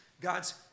God's